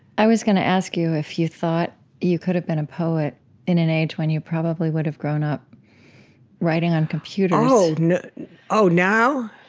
was going to ask you if you thought you could have been a poet in an age when you probably would have grown up writing on computers you know oh, now?